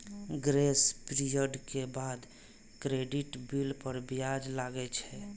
grace period के बाद credit bill पर ब्याज लागै छै